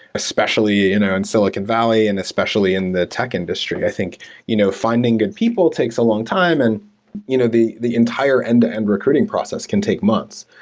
especially in ah and silicon valley and especially in the tech industry. i think you know finding good people takes a long time and you know the the entire end-to-end recruiting process can take months.